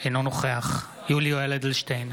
אינו נוכח יולי יואל אדלשטיין,